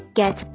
get